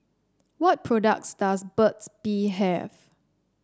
what products does Burt's Bee have